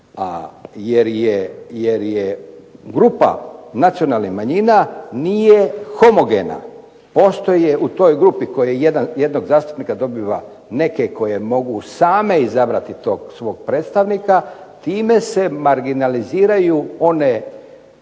jer je grupa nacionalnih manjina nije homogena, postoje u toj grupi koji od jednog zastupnika dobiva neke koje mogu same izabrati tog svog predstavnika, time se marginaliziraju one